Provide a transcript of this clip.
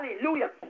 Hallelujah